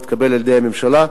התקבל על-ידי הממשלה,